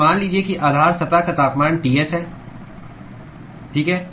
तो मान लीजिए कि आधार सतह का तापमान Ts है ठीक है